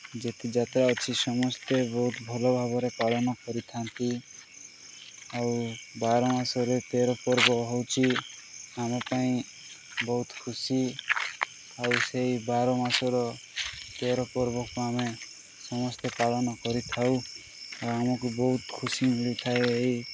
ଯେତେ ଯାତ୍ରା ଅଛି ସମସ୍ତେ ବହୁତ ଭଲ ଭାବରେ ପାଳନ କରିଥାନ୍ତି ଆଉ ବାର ମାସରେ ତେର ପର୍ବ ହେଉଛି ଆମ ପାଇଁ ବହୁତ ଖୁସି ଆଉ ସେହି ବାର ମାସର ତେର ପର୍ବକୁ ଆମେ ସମସ୍ତେ ପାଳନ କରିଥାଉ ଆଉ ଆମକୁ ବହୁତ ଖୁସି ମିଳିଥାଏ ଏହି